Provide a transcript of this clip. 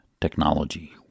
technology